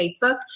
Facebook